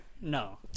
No